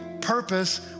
purpose